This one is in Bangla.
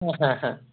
হ্যাঁ হ্যাঁ হ্যাঁ